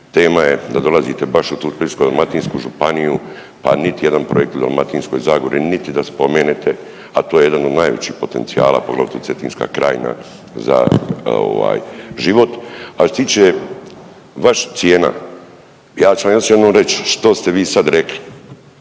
Tema je da dolazite baš u tu Splitsko-dalmatinsku županiju, pa niti jedan projekt u Splitsko-dalmatinskoj županiji niti da spomenete, a to je jedan od najvećih potencijala poglavito Cetinska krajina za život. A što se tiče vaših cijena ja ću vam još jednom reći što ste vi sad rekli.